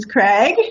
Craig